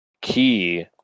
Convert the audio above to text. key